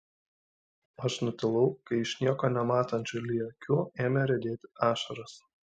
aš nutilau kai iš nieko nematančių li akių ėmė riedėti ašaros